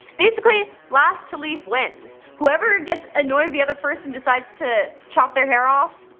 basically, last to leave wins. whoever gets annoyed of the other first and decides to chop their hair off,